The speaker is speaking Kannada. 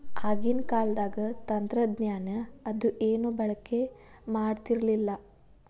ಆಗಿನ ಕಾಲದಾಗ ತಂತ್ರಜ್ಞಾನ ಅದು ಏನು ಬಳಕೆ ಮಾಡತಿರ್ಲಿಲ್ಲಾ